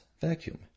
vacuum